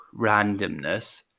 randomness